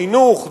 חינוך,